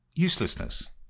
Uselessness